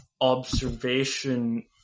observation